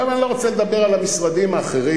עכשיו, אני לא רוצה לדבר על המשרדים האחרים.